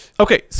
Okay